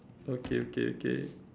okay okay okay